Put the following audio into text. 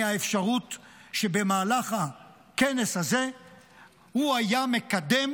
מהאפשרות שבמהלך הכנס הזה הוא יקדם